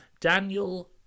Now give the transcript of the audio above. Daniel